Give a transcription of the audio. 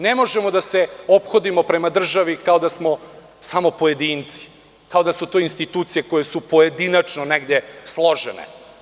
Ne možemo da se ophodimo prema državi kao da smo samo pojedinci, kao du su to institucije koje su pojedinačno negde složene.